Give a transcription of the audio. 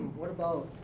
what about